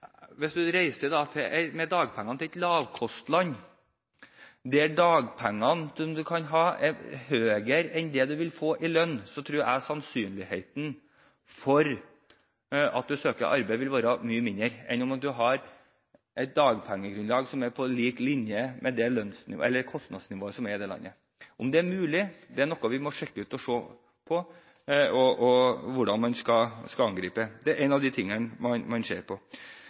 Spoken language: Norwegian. hvis man reiser med dagpenger til et lavkostland og dagpengene utgjør mer enn det man vil få i lønn, tror jeg sannsynligheten for at man søker arbeid, vil være mye mindre enn om man har et dagpengegrunnlag som er på linje med kostnadsnivået i landet. Om det er mulig, er noe vi må sjekke ut, og vi må se på hvordan det skal angripes. Dette er en av tingene man ser på.